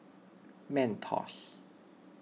Mentos